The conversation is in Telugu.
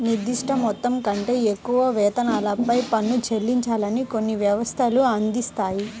నిర్దిష్ట మొత్తం కంటే ఎక్కువ వేతనాలపై పన్ను చెల్లించాలని కొన్ని వ్యవస్థలు అందిస్తాయి